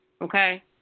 Okay